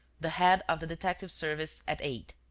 the head of the detective-service at eight.